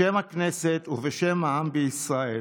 בשם הכנסת ובשם העם בישראל,